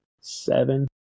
Seven